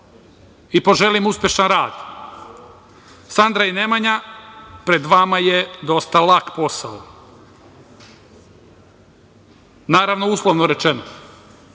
i poželim uspešan rad. Sandra i Nemanja pred vama je dosta lak posao, naravno, uslovno rečeno.